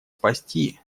спасти